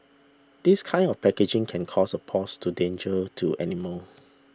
this kind of packaging can cause a pause to danger to animals